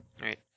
Right